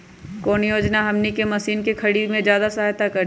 कौन योजना हमनी के मशीन के खरीद में ज्यादा सहायता करी?